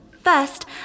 First